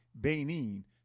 Benin